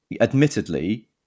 Admittedly